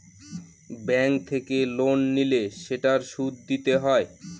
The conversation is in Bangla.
ব্যাঙ্ক থেকে লোন নিলে সেটার সুদ দিতে হয়